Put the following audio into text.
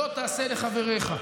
לא תעשה לחברך.